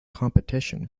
competition